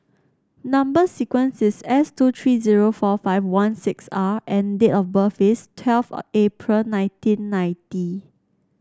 number sequence is S two tree zero four five one six R and date of birth is twelve April nineteen ninety